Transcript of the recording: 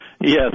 Yes